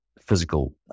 physical